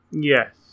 Yes